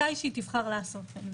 מתי שהיא תבחר לעשות כן.